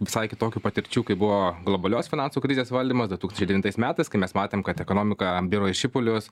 visai kitokių patirčių kai buvo globalios finansų krizės valdymas du tūkstančiai devintais metas kai mes matėm kad ekonomika biro į šipulius